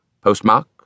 Postmark